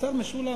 השר משולם,